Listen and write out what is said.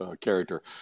character